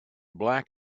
black